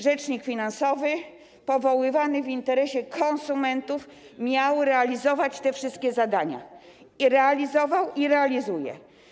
Rzecznik finansowy powoływany w interesie konsumentów miał realizować te wszystkie zadania i je realizował, i realizuje.